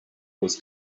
was